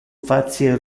facie